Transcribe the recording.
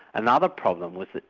another problem with it,